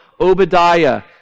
Obadiah